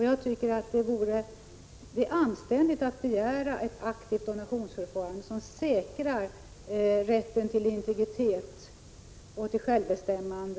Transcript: Jag tycker att det är anständigt att begära ett aktivt donationsförfarande, som säkrar rätten till integritet och självbestämmande.